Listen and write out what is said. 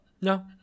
No